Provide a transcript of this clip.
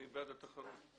אני בעד תחרות.